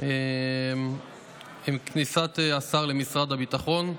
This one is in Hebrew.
עם כניסת השר למשרד הביטחון.